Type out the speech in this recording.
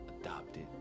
adopted